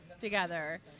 together